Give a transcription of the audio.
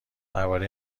درباره